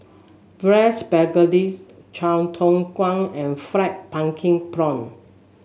braise Chai Tow Kuay and fried pumpkin prawn